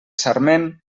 sarment